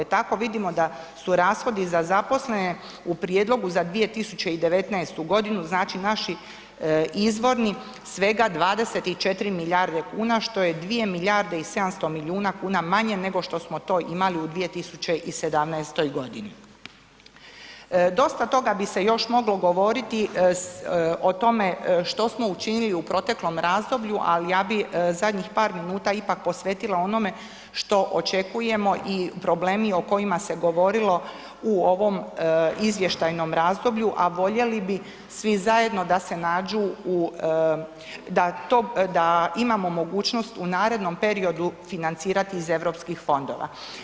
Tako vidimo da su rashodi za zaposlene u prijedlogu za 2019.g., znači, naši izvorni svega 24 milijarde kuna, što je 2 milijarde i 700 milijuna kuna manje nego što smo to imali u 2017.g. Dosta toga bi se još moglo govoriti o tome što smo učinili u proteklom razdoblju, ali ja bi zadnjih par minuta ipak posvetila onome što očekujemo i problemi o kojima se govorilo u ovom izvještajnom razdoblju, a voljeli bi svi zajedno da se nađu u, da imamo mogućnost u narednom periodu financirati iz Europskih fondova.